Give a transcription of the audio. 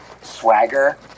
swagger